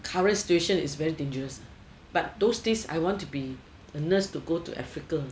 current station is very dangerous but those days I want to be a nurse to go to africa